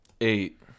Eight